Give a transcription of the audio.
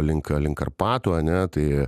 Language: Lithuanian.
link link karpatų ane tai